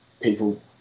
people